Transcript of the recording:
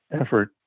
effort